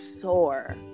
sore